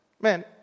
Man